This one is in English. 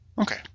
Okay